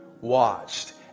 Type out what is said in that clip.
watched